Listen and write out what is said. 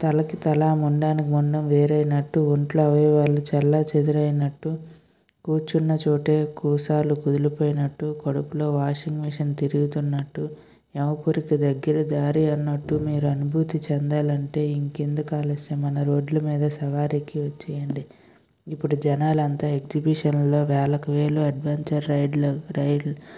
తలకు తల మొన్డ్యానికి మొండెం వేరైనట్టు ఒంట్లో అవయవాలు చల్లా చదురైనట్టు కూర్చున్న చోటే కూసాలు కుదిలిపోయినట్టు కడుపులో వాషింగ్ మిషన్ తిరుగుతున్నట్టు యమపురికి దగ్గిరి దారి అన్నట్టు మీరు అనుభూతి చెందాలంటే ఇంకెందుకు ఆలస్యం మన రోడ్లమీద సవారికి వచ్చేయండి ఇప్పుడు జనాలు అంతా ఎగ్జిబిషన్ లలో వేలకు వేలు అడ్వెంచర్ రైడ్లు రైడ్లు